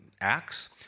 Acts